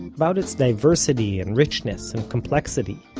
about its diversity, and richness, and complexity.